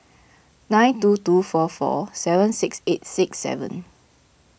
nine two two four four seven six eight six seven